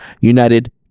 United